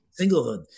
singlehood